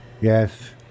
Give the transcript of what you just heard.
Yes